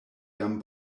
jam